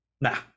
Nah